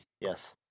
yes